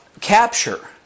capture